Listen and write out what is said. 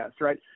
right